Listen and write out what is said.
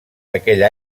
aquell